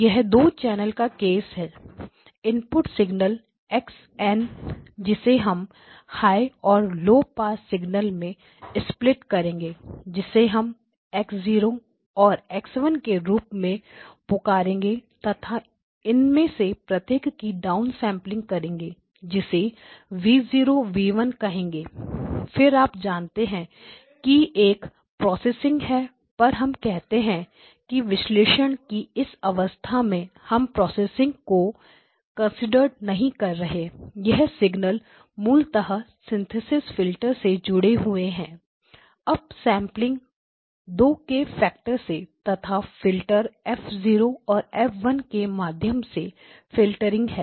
यह दो चैनल्स का केस है इनपुट सिगनल एक्स एनinput signal x n जिसे हम हाई और लौ पास सिग्नल में स्प्लिट करेंगे जिसे हम x0 and x1 के रूप में पुकारेंगे तथा इनमें से प्रत्येक की डाउनसेंपलिंग करेंगे जिसे v0 v1 कहेंगे फिर आप जानते हैं कि एक प्रोसेसिंग है पर हम कहते हैं कि विश्लेषण की इस अवस्था में हम प्रोसेसिंगprocessing को कंसीडर्ड नहीं कर रहे यह सिग्नल मूलतः सिंथेसिस फिल्टर से जुड़े हुए हैं अप सेंपलिंग दो के फैक्टर से तथा फिल्टर F0 और F1 के माध्यम से फ़िल्टरिंग है